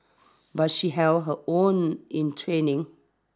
but she held her own in training